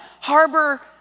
harbor